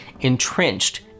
entrenched